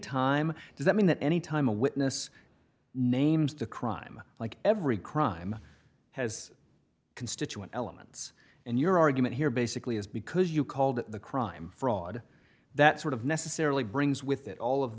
time does that mean that anytime a witness names the crime like every crime has constituent elements in your argument here basically is because you called the crime fraud that sort of necessarily brings with it all of